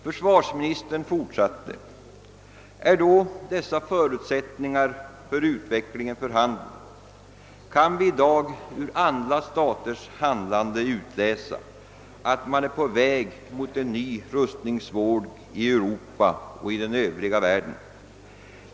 Försvarsministern fortsatte: »Är då dessa förutsättningar för utvecklingen för handen? Kan vi i dag ur andra staters handlande utläsa, att man är på väg mot en ny rustningsvåg i Europa och den övriga världen?